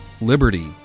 Liberty